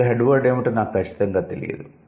దీనిలో 'head word' ఏమిటో నాకు ఖచ్చితంగా తెలియదు